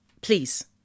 Please